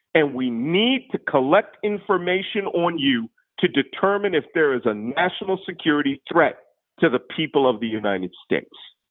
and we need to collect information on you to determine if there is a national security threat to the people of the united states.